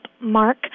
mark